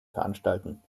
veranstalten